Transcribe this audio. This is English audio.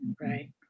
Right